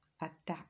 adapt